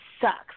sucks